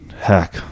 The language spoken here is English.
heck